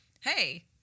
hey